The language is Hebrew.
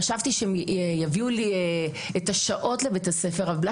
חשבתי שהן יביאו לי שעות לבית הספר אבל בגלל